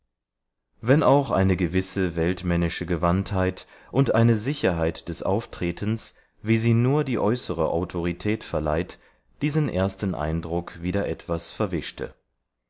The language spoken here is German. wenn auch eine gewisse weltmännische gewandtheit und eine sicherheit des auftretens wie sie nur die äußere autorität verleiht diesen ersten eindruck wieder etwas verwischte